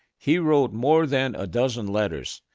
he wrote more than a dozen letters,